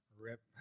Rip